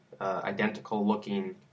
identical-looking